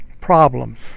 problems